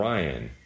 Ryan